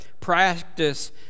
practice